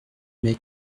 mai